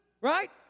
right